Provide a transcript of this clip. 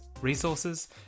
resources